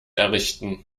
errichten